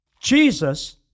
Jesus